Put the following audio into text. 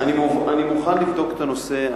אני מוכן לבדוק את הנושא.